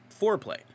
foreplay